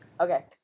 Okay